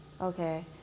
Okay